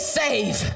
save